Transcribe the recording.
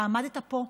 אתה עמדת פה,